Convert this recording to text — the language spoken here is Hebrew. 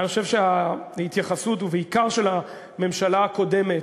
אני חושב שההתייחסות, בעיקר של הממשלה הקודמת,